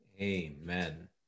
Amen